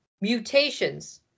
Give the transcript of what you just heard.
Mutations